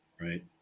right